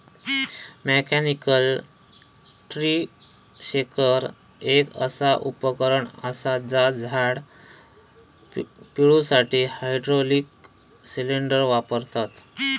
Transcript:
mechanical tree shaker एक असा उपकरण असा जा झाड पिळुसाठी हायड्रॉलिक सिलेंडर वापरता